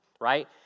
right